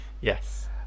yes